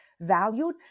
valued